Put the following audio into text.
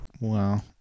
Wow